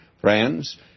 friends